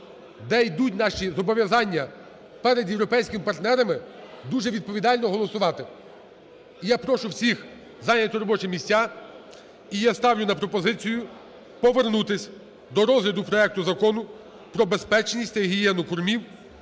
де йдуть наші зобов'язання перед європейськими партнерами, дуже відповідально голосувати. І я прошу всіх зайняти робочі місця, і я ставлю пропозицію повернутись до розгляду проекту Закону про безпечність та гігієну кормів